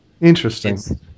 Interesting